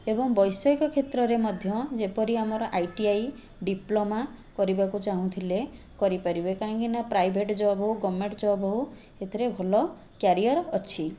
ଏବଂ ବୈଷୟିକ କ୍ଷେତ୍ରରେ ମଧ୍ୟ ଯେପରି ଆମର ଆଇ ଟି ଆଇ ଡିପ୍ଲୋମା କରିବାକୁ ଚାହୁଁଥିଲେ କରିପାରିବେ କାହିଁକିନା ପ୍ରାଇଭେଟ୍ ଜବ ହେଉ ଗଭର୍ଣ୍ଣମେଣ୍ଟ ଜବ ହେଉ ଏଥିରେ ଭଲ କ୍ୟାରିଅର ଅଛି